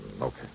okay